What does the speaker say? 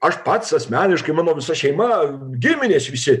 aš pats asmeniškai mano visa šeima giminės visi